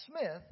Smith